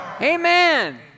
Amen